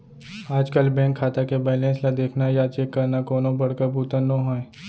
आजकल बेंक खाता के बेलेंस ल देखना या चेक करना कोनो बड़का बूता नो हैय